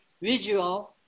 visual